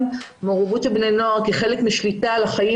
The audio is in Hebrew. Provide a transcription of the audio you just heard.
מעורבות של בני נוער כחלק משליטה על החיים